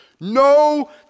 no